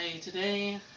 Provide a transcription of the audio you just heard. today